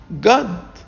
God